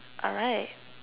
alright